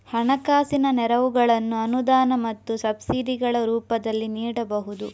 ಹಣಕಾಸಿನ ನೆರವುಗಳನ್ನು ಅನುದಾನ ಮತ್ತು ಸಬ್ಸಿಡಿಗಳ ರೂಪದಲ್ಲಿ ನೀಡಬಹುದು